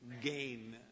gain